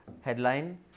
headline